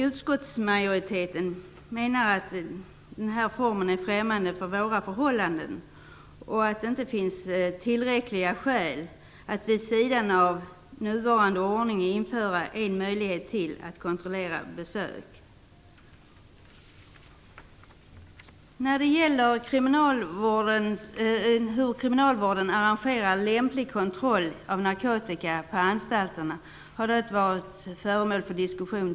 Utskottsmajoriteten menar att den formen är främmande för våra förhållanden och att det inte finns tillräckliga skäl att vid sidan av nuvarande ordning införa en möjlighet till att kontrollera besök. Frågan om hur kriminalvården arrangerar lämplig kontroll av narkotika på anstalterna har tidigare varit föremål för diskussion.